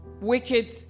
wicked